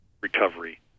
recovery